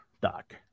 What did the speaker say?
Doc